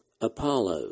Apollo